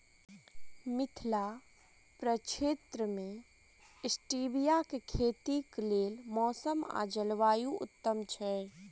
मिथिला प्रक्षेत्र मे स्टीबिया केँ खेतीक लेल मौसम आ जलवायु उत्तम छै?